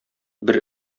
бер